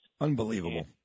Unbelievable